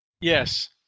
Yes